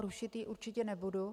Rušit ji určitě nebudu.